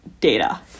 data